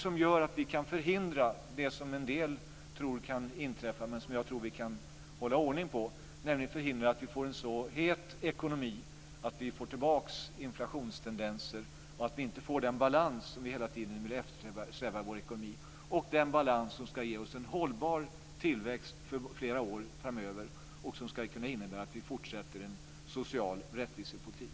Det gör att vi kan förhindra det som en del tror kan inträffa, men som jag tror att vi kan hålla ordning på, nämligen att vi får en så het ekonomi att vi får tillbaka inflationstendenser och att vi inte får den balans som vi hela tiden vill eftersträva i vår ekonomi, den balans som ska ge oss en hållbar tillväxt i flera år framöver och som ska innebära att vi fortsätter en social rättvisepolitik.